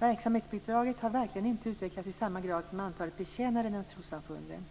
Verksamhetsbidraget har verkligen inte utvecklats i samma grad som antalet betjänade inom trossamfunden.